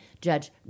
judge